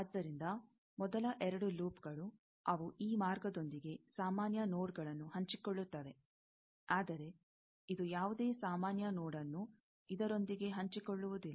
ಆದ್ದರಿಂದ ಮೊದಲ ಎರಡು ಲೂಪ್ಗಳು ಅವು ಈ ಮಾರ್ಗದೊಂದಿಗೆ ಸಾಮಾನ್ಯ ನೋಡ್ಗಳನ್ನು ಹಂಚಿಕೊಳ್ಳುತ್ತವೆ ಆದರೆ ಇದು ಯಾವುದೇ ಸಾಮಾನ್ಯ ನೋಡ್ನ್ನು ಇದರೊಂದಿಗೆ ಹಂಚಿಕೊಳ್ಳುವುದಿಲ್ಲ